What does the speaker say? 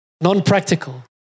non-practical